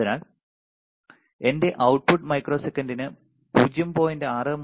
അതിനാൽ എന്റെ output മൈക്രോസെക്കന്റിന് 0